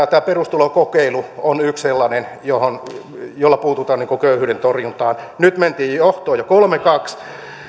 perustulokokeilu on yksi sellainen jolla puututaan köyhyyden torjuntaan nyt mentiin jo johtoon kolme viiva kaksi